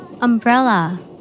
Umbrella